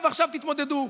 ועכשיו: תתמודדו.